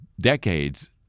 decades